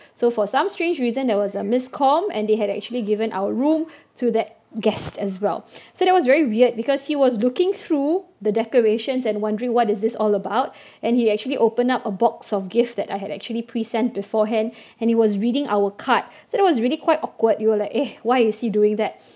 so for some strange reason that was a miscomm~ and they had actually given our room to that guests as well so that was very weird because he was looking through the decorations and wondering what is this all about and he actually opened up a box of gift that I had actually pre-sent beforehand and he was reading our card so that was really quite awkward you were like eh why is he doing that